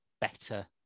better